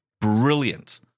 brilliant